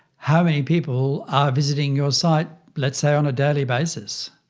how many people are visiting your site, lets say on a daily basis?